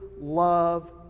love